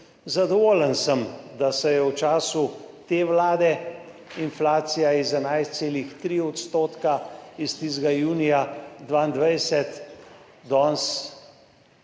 Zadovoljen sem, da se je v času te vlade inflacija iz 11,3 % iz tistega junija 2022 danes